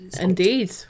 Indeed